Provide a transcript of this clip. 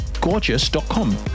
gorgeous.com